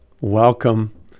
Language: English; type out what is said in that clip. welcome